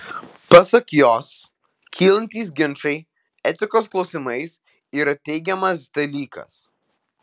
pasak jos kylantys ginčai etikos klausimais yra teigiamas dalykas